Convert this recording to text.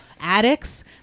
addicts